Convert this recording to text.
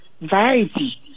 Variety